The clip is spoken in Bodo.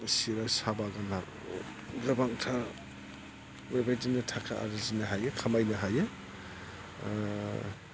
चिरां साहा बागानाव गोबांथार बेबायदिनो थाखा आरजिनो हायो खामायनो हायो